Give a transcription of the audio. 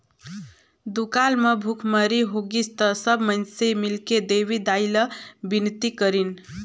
दुकाल म भुखमरी होगिस त सब माइनसे मिलके देवी दाई ला बिनती करिन